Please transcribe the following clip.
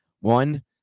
One